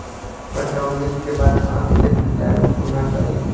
कटौनीक बाद अन्न केँ भंडारण कोना करी?